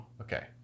Okay